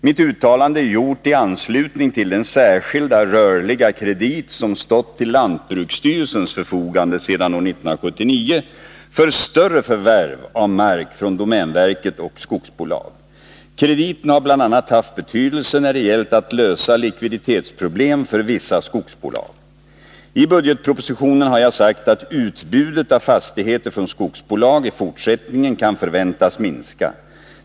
Mitt uttalande är gjort i anslutning till den särskilda rörliga kredit som stått till lantbruksstyrelsens förfogande sedan år 1979 för större förvärv av mark från domänverket och skogsbolag. Krediten har bl.a. haft betydelse när det gällt att lösa likviditetsproblem för vissa skogsbolag. I budgetpropositionen har jag sagt att utbudet av fastigheter från skogsbolag i fortsättningen kan förväntas minska.